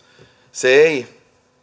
se ei